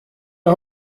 der